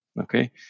Okay